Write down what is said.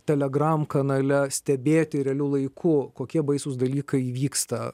telegram kanale stebėti realiu laiku kokie baisūs dalykai įvyksta